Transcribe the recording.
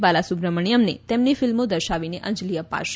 બાલાસુબ્રમણ્યમને તેમની ફિલ્મો દર્શાવીને અંજલી અપાશે